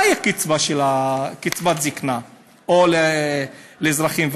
מהי קצבת זקנה או קצבה לאזרחים ותיקים?